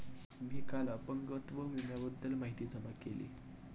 मी काल अपंगत्व विम्याबद्दल माहिती जमा केली